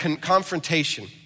Confrontation